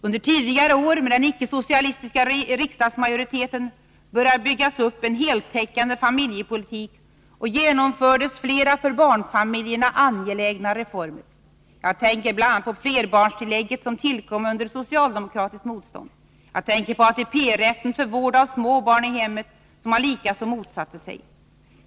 Under tidigare år, med den icke-socialistiska riksdagsmajoriteten, började det byggas upp en heltäckande familjepolitik och genomfördes flera för barnfamiljerna angelägna reformer. Jag tänker bl.a. på flerbarnstillägget som tillkom under socialdemokratiskt motstånd, och jag tänker på ATP rätten för vård av små barn i hemmet, som socialdemokraterna likaså motsatte sig.